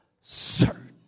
certain